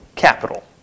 Capital